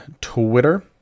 Twitter